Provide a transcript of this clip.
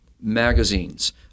magazines